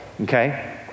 Okay